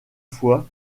foi